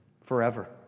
Forever